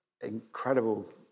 incredible